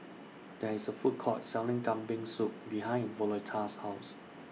There IS A Food Court Selling Kambing Soup behind Violetta's House